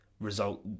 result